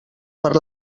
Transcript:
per